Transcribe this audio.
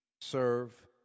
serve